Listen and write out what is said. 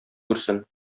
күрсен